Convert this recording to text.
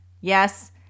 Yes